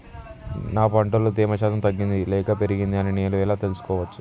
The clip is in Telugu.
నా పంట లో తేమ శాతం తగ్గింది లేక పెరిగింది అని నేను ఎలా తెలుసుకోవచ్చు?